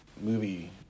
movie